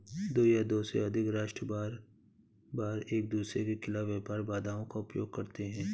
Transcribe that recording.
दो या दो से अधिक राष्ट्र बारबार एकदूसरे के खिलाफ व्यापार बाधाओं का उपयोग करते हैं